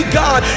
god